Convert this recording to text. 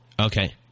Okay